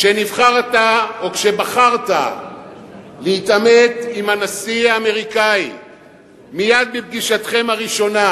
כשנבחרת או כשבחרת להתעמת עם הנשיא האמריקני מייד בפגישתכם הראשונה,